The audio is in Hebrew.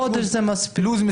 חודש זה מספיק.